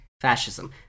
fascism